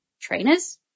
Trainers